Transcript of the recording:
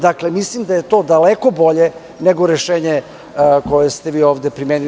Dakle, mislim da je to daleko bolje nego rešenje koje ste ovde primenili.